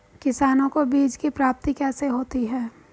किसानों को बीज की प्राप्ति कैसे होती है?